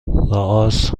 رآس